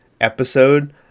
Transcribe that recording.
episode